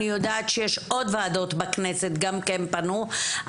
אני יודעת שעוד ועדות בכנסת גם כן פנו,